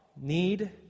need